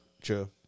True